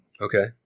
Okay